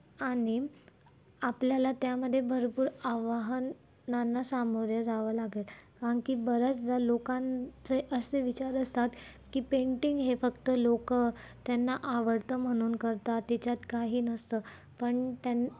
आणि आपल्याला त्यामध्ये भरपूर आव्हानांना सामोरे जावं लागेल कारण की बऱ्याचदा लोकांचे असे विचार असतात की पेंटिंग हे फक्त लोक त्यांना आवडतं म्हणून करतात त्याच्यात काही नसतं पण त्यांना